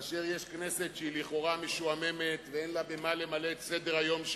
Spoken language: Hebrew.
כאשר יש כנסת שהיא לכאורה משועממת ואין לה במה למלא את סדר-היום שלה,